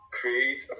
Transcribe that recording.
create